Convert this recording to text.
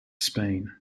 spain